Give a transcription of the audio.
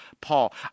Paul